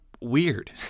weird